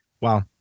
Wow